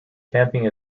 camping